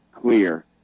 clear